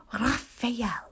Raphael